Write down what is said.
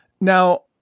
Now